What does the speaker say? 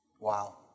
Wow